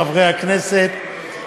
חברי הכנסת,